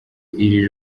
iri